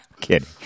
Kidding